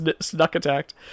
snuck-attacked